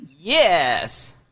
Yes